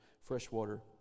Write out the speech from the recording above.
freshwater